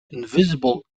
invisible